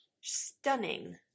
stunning